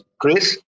Chris